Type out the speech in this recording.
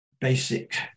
Basic